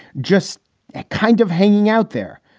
just ah kind of hanging out there.